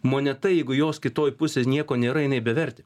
moneta jeigu jos kitoj pusėj nieko nėra jinai bevertė